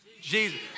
Jesus